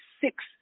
six